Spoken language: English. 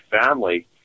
family